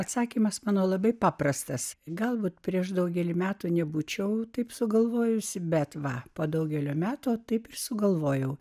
atsakymas manau labai paprastas galbūt prieš daugelį metų nebūčiau taip sugalvojusi bet va po daugelio metų taip sugalvojau